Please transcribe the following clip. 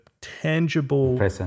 tangible